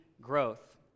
growth